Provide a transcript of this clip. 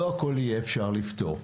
לא הכול יהיה אפשר לפתור,